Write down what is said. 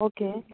okay